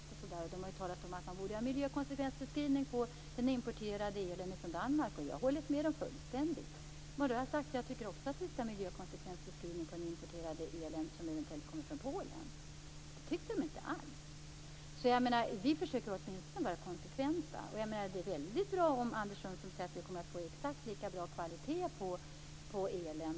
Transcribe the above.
De har talat om att man borde göra en miljökonsekvensbeskrivning av den importerade elen från Danmark, och jag har hållit med dem fullständigt. Jag tycker också att det skall göras en miljökonsekvensbeskrivning av den importerade elen som kommer från Polen. Det tyckte de inte alls. Vi försöker åtminstone att vara konsekventa. Det vore bra om Anders Sundström kunde säga att det kommer att bli lika bra kvalitet på elen.